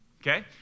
okay